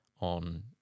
on